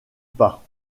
pas